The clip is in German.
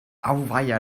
auweia